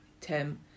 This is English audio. Tim